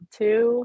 two